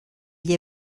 gli